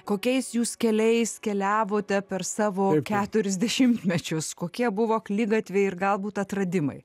kokiais jūs keliais keliavote per savo keturis dešimtmečius kokie buvo akligatviai ir galbūt atradimai